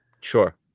Sure